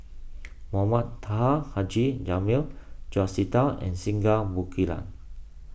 Mohamed Taha Haji Jamil George Sita and Singai Mukilan